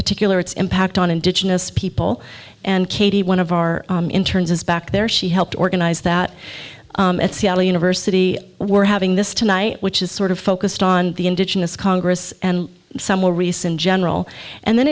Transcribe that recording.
particular its impact on indigenous people and katie one of our interns is back there she helped organize that at seattle university we're having this tonight which is sort of focused on the indigenous congress and some will rescind general and then